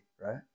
right